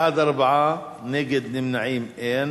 בעד, 4, נגד, נמנעים, אין.